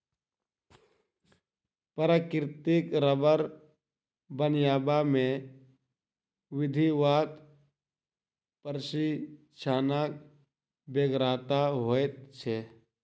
प्राकृतिक रबर बनयबा मे विधिवत प्रशिक्षणक बेगरता होइत छै